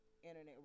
internet